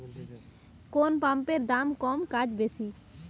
কোন পাম্পের দাম কম কাজ বেশি?